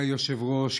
אדוני היושב-ראש,